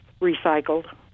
recycled